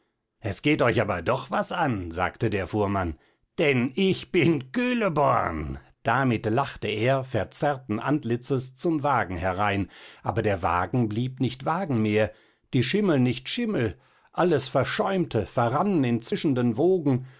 es geht euch aber doch was an sagte der fuhrmann denn ich bin kühleborn damit lachte er verzerrten antlitzes zum wagen herein aber der wagen blieb nicht wagen mehr die schimmel nicht schimmel alles verschäumte verrann in zischenden wogen